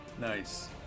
nice